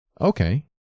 Okay